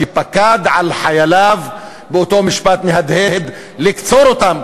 שפקד על חייליו באותו משפט מהדהד: לקצור אותם.